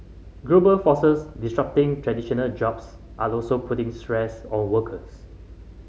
global forces disrupting traditional jobs are also putting stress on workers